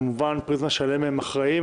כמובן בפריזמה שלהם הם אחראים,